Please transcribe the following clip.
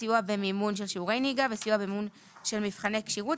סיוע במימון של שיעורי נהיגה וסיוע במימון של מבחני כשירות,